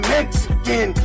Mexican